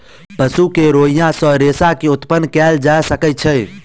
पशु के रोईँयाँ सॅ रेशा के उत्पादन कयल जा सकै छै